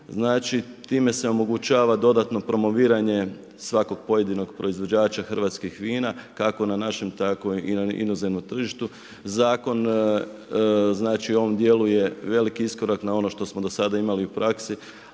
Znači time se omogućava dodatno promoviranje svakog pojedinog proizvođača hrvatskih vina kako na našim tako i na inozemnom tržištu. Zakon znači on djeluje veliki iskorak na ono što smo do sada imali u praksi